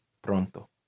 pronto